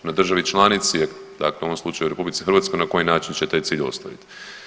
Na državi članici je, dakle u ovom slučaju RH, na koji način će taj cilj ostvariti.